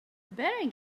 better